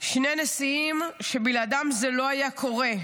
שני נשיאים שבלעדיהם זה לא היה קורה.